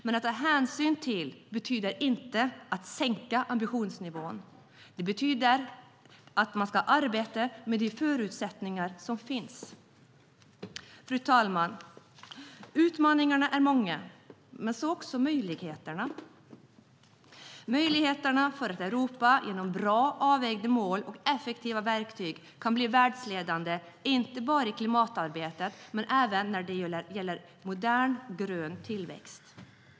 Men att ta hänsyn till betyder inte att sänka ambitionsnivån, utan det betyder att man ska arbeta med de förutsättningar som finns. Fru talman! Utmaningarna är många, men så även möjligheterna, möjligheterna för att Europa genom väl avvägda mål och effektiva verktyg kan bli världsledande inte bara i klimatarbetet, utan också när det gäller modern grön tillväxt.